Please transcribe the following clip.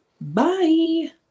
Bye